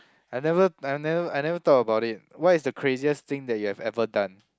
I never I never I never thought about it what is the craziest thing that you have ever done